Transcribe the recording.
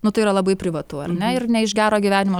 nu tai yra labai privatu ar ne ir ne iš gero gyvenimo